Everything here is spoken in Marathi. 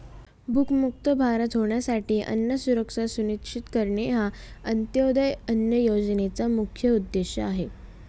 भूकमुक्त भारत होण्यासाठी अन्न सुरक्षा सुनिश्चित करणे हा अंत्योदय अन्न योजनेचा मुख्य उद्देश आहे